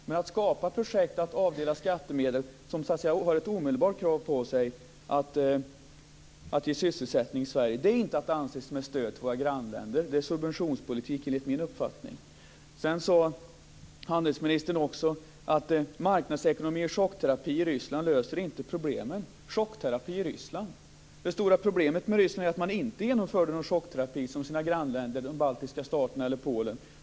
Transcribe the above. Men att skapa projekt och att avdela skattemedel, som har ett omedelbart krav på sig att ge sysselsättning i Sverige, är inte att anse som ett stöd till våra grannländer. Det är subventionspolitik, enligt min uppfattning. Handelsministern sade också att marknadsekonomi och chockterapi i Ryssland inte löser problemen. Det stora problemet med Ryssland är att man inte genomförde någon chockterapi, som i grannländerna, de baltiska staterna eller Polen.